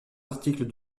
articles